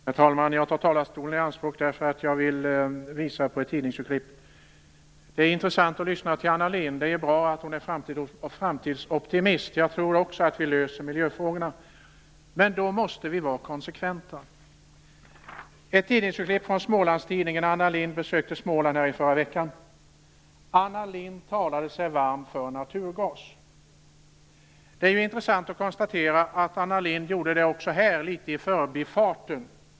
Herr talman! Jag tar talarstolen i anspråk därför att jag vill visa ett tidningsurklipp. Det är intressant att lyssna till Anna Lindh. Det är bra att hon är framtidsoptimist. Jag tror också att vi löser miljöfrågorna. Men då måste vi vara konsekventa. Det tidningsurklipp jag har här är från en smålandstidning. Anna Lindh besökte Småland i förra veckan. Det står att Anna Lindh talade sig varm för naturgas. Det är ju intressant att konstatera att Anna Lindh gjorde det också här, litet i förbifarten.